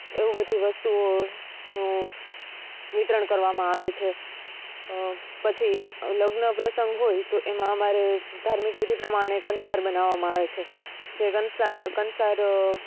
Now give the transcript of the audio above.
એવું બધી વસ્તુઓનું વિતરણ કરવામાં આવે છે પછી લગ્ન પ્રસંગ હોય તો એમાં અમારે ધાર્મિક વિધિ પ્રમાણે કંસાર બનાવવામાં આવે છે જે કંસાર